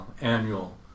annual